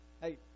Hey